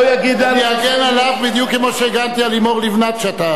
אני אגן עליו בדיוק כמו שהגנתי על לימור לבנת כשאתה קורא.